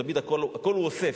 תמיד הכול הוא אוסף.